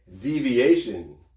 deviation